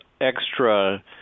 extra